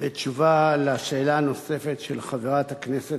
בתשובה על השאלה הנוספת של חברת הכנסת